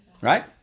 Right